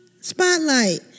Spotlight